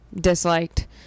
disliked